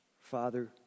Father